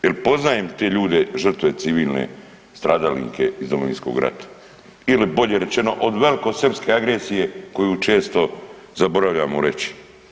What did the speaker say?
Jer poznajem te ljude žrtve civilne stradalnike iz Domovinskog rata ili bolje rečeno od velikosrpske agresije koju često zaboravljamo reći.